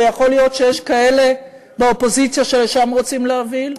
ויכול להיות שיש כאלה באופוזיציה שלשם רוצים להוביל,